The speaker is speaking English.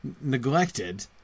neglected